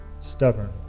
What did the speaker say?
stubborn